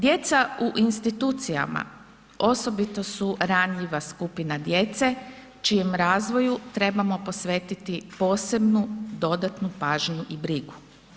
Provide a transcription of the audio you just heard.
Djeca u institucijama, osobito su ranjiva skupina djece čijem razvoju trebamo posvetiti posebnu dodatnu pažnju i brigu.